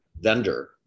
vendor